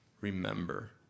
remember